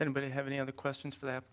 anybody have any other questions for that